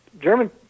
German